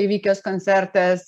įvykęs koncertas